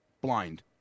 Blind